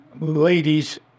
ladies